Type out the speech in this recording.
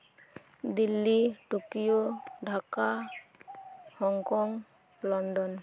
Delhi Tokyo Dhaka Hong Kong London